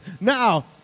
Now